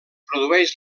produeix